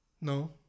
No